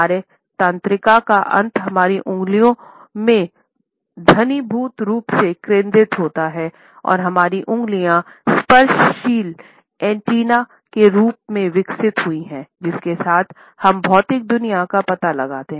हमारे तंत्रिका का अंत हमारी उंगलियों में घनीभूत रूप से केंद्रित होते हैं और हमारी उंगलियां स्पर्शशील एंटीना के रूप में विकसित हुई हैं जिसके साथ हम भौतिक दुनिया का पता लगाते हैं